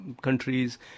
countries